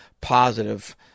positive